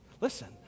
Listen